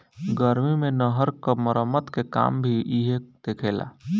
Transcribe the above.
गर्मी मे नहर क मरम्मत के काम भी इहे देखेला